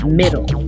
middle